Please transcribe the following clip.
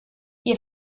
ihr